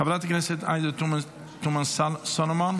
חברת הכנסת עאידה תומא סלימאן,